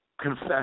confess